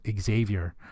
xavier